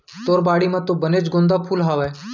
तोर बाड़ी म तो बनेच गोंदा फूल हावय